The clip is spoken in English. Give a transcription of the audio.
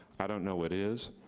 i don't know what is,